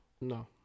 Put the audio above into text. No